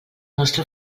nostre